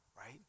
right